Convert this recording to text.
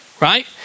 right